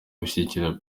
gushyigikira